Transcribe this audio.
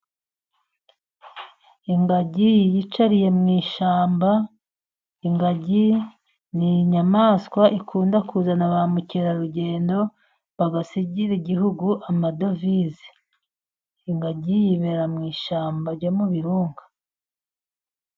Ingagi yiyicariye mu ishyamba, ingagi ni inyamaswa ikunda kuzana ba mukerarugendo, bagasigira igihugu amadovize. Ingagi yibera mu ishyamba ryo mu birunga.